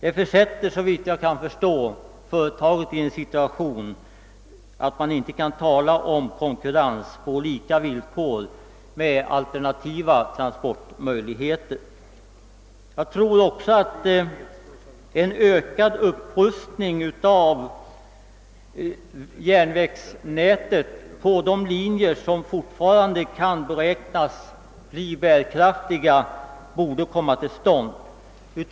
SJ försätts därigenom i en sådan situation, att man inte kan tala om konkurrens på lika villkor med alternativa transportmedel. En ökad upprustning av järnvägsnätet på de linjer som fortfarande kan beräknas bli bärkraftiga bör komma till stånd.